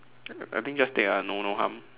I I think just take ah no no harm